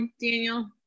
Daniel